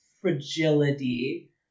fragility